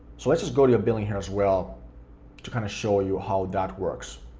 so let's just go to your billing here as well to kind of show you how that works.